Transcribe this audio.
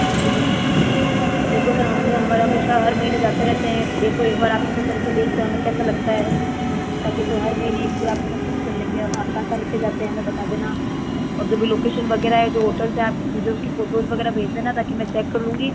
सब मिलेगा देखो सर हमने हमारा हमेशा हर महीने जाते रहते हैं तो देखो एक बार आपके साथ चल के देखते हैं हमें कैसा लगता है ताकि फिर हर महीने इसको आपके साथ फिक्स कर लेंगे अब आप कहाँ कहाँ ले के जाते हैं हमें बता देना और जो भी लोकेशन वगैरह है जो होटल्स है आप मुझे उसकी फोटोज़ वगैरह भेज देना ताकि मैं चेक कर लूंगी